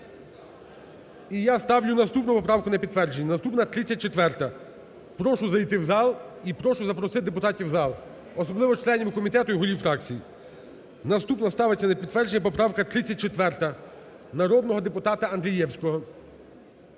І я ставлю наступну поправку на підтвердження. Наступна - 34-а. Прошу зайти в зал і прошу запросити депутатів в зал, особливо членів комітетів і голів фракцій. Наступна ставиться на підтвердження поправка 34 народного депутата Андрієвського,